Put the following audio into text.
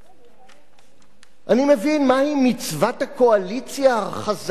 אני מבין מה היא מצוות הקואליציה החזקה על מרכיביה,